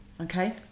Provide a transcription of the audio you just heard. Okay